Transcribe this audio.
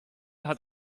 hat